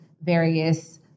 various